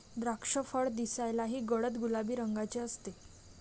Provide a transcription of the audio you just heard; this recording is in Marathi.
द्राक्षफळ दिसायलाही गडद गुलाबी रंगाचे असते